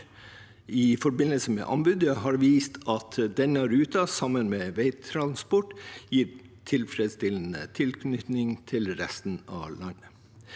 i forbindelse med anbudet har vist at denne ruten sammen ved veitransport gir tilfredsstillende tilknytning til resten av landet.